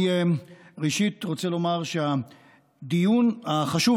ראשית אני רוצה לומר שהדיון החשוב,